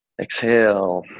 Exhale